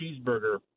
cheeseburger